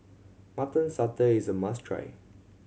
Mutton Satay is a must try